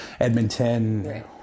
Edmonton